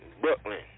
Brooklyn